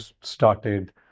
started